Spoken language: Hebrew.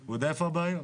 הוא יודע איפה הבעיות.